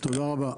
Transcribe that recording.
תודה רבה.